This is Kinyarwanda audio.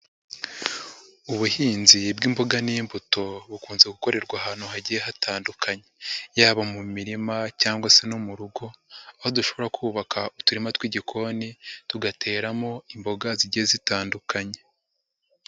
Ubuhinzi bw'imboga n'imbuto bukunze gukorerwa ahantu hagiye hatandukanye, yaba mu mirima cyangwa se no mu rugo, aho dushobora kubaka uturima tw'igikoni, tugateramo imboga zigiye zitandukanye.